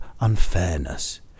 unfairness